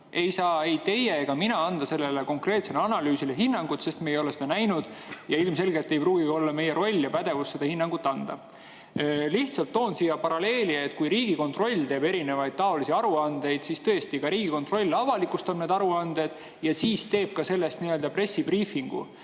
mina ei saa anda sellele konkreetsele analüüsile hinnangut, sest me ei ole seda näinud ja ilmselgelt ei pruugi olla meie roll ja pädevus seda hinnangut anda. Toon lihtsalt paralleeli: kui Riigikontroll teeb erinevaid taolisi aruandeid, siis tõesti, Riigikontroll avalikustab need aruanded ja siis teeb nende kohta ka nii-öelda pressibriifingu.